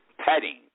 Petting